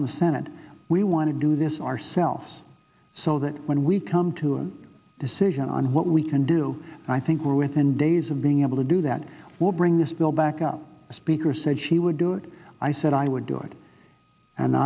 and the senate we want to do this ourselves so that when we come to a decision on what we can do i think we're within days of being able to do that will bring this bill back up the speaker said she would do it i said i do it and